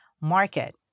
market